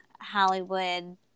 Hollywood